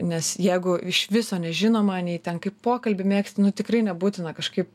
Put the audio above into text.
nes jeigu iš viso nežinoma nei ten kaip pokalbį mėgsti nu tikrai nebūtina kažkaip